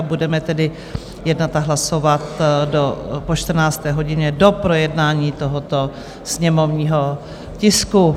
Budeme tedy jednat a hlasovat po 14. hodině do projednání tohoto sněmovního tisku.